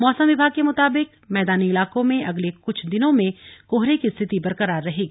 मौसम विभाग के मुताबिक मैदानी इलाकों में अगले कुछ दिनों कोहरे की स्थिति बरकरार रहेगी